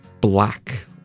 black